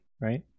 right